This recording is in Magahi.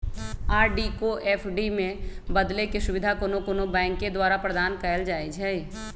आर.डी को एफ.डी में बदलेके सुविधा कोनो कोनो बैंके द्वारा प्रदान कएल जाइ छइ